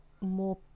more